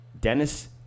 Dennis